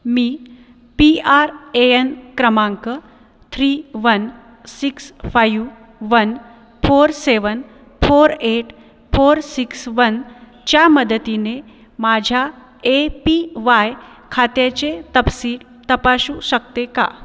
me P R A N क्रमांक three one six five one four seven four eight four six वनच्या मदतीने माझ्या A P Y खात्याचे तपसी तपासू शकते का